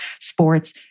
sports